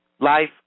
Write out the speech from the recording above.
Life